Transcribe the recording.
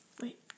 Wait